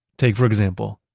take, for example,